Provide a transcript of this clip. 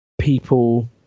people